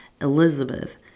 Elizabeth